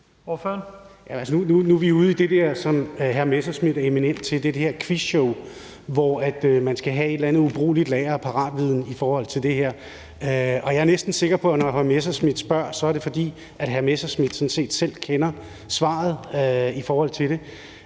nu er vi ude i det, som hr. Morten Messerschmidt er eminent til, nemlig det der quizshow, hvor man skal have et eller andet ubrugeligt lager af paratviden i forhold til et emne. Jeg er næsten sikker på, at når hr. Morten Messerschmidt spørger, er det, fordi hr. Morten Messerschmidt sådan set selv kender svaret på det.